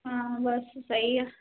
ਹਾਂ ਬਸ ਸਹੀ ਆ